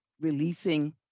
releasing